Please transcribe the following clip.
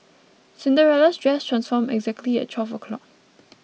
cinderella's dress transformed exactly at twelve o'clock